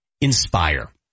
Inspire